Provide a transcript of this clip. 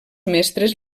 mestres